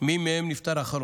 מי מהם נפטר אחרון,